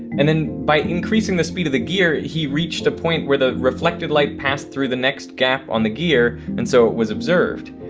and then by increasing the speed of the gear, he reached a point where the reflected light passed through the next gap on the gear and so it was observed.